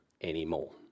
anymore